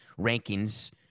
rankings